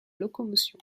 locomotion